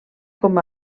com